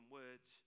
words